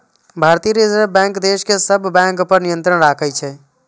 भारतीय reserve bank देश के सब बैंक पर नियंत्रण राखै छै